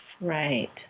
Right